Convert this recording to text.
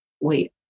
wait